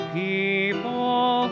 people